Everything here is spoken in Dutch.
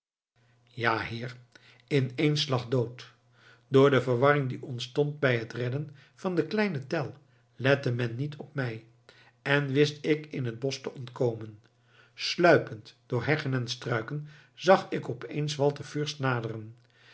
ja heer in één slag dood door de verwarring die ontstond bij het redden van den kleinen tell lette men niet op mij en wist ik in het bosch te komen sluipend door heggen en struiken zag ik opeens walter fürst naderen